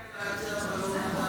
גם רון כץ הציע את זה.